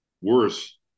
worse